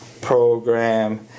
program